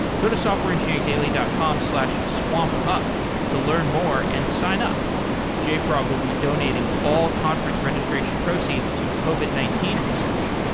go to softwareengineeringdaily dot com slash swampup to learn more and sign up jfrog will be donating all conference registration proceeds to covit nineteen research.